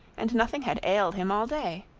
and nothing had ailed him all day.